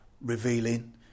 revealing